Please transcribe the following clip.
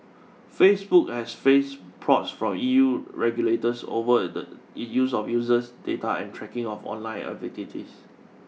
Facebook has faced probes from E U regulators over its use of user data and tracking of online activities